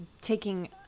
taking